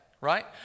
right